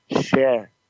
Share